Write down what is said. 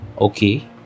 okay